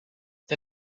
the